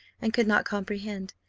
and could not comprehend.